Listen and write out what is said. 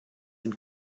den